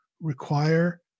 require